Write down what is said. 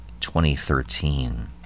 2013